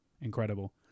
incredible